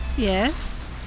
Yes